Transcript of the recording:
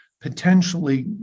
potentially